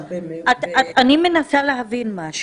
אני מנסה להבין משהו,